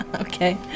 Okay